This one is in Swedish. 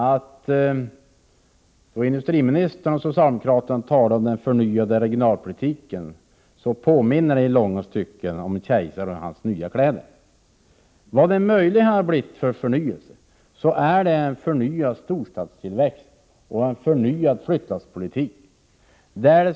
Då industriministern och socialdemokraterna talar om den förnyade regionalpolitiken påminner det i långa stycken om sagan om kejsaren och hans nya kläder. Den förnyelse som möjligen har kommit till stånd är en förnyad storstadstillväxt och en förnyad flyttlasspolitik.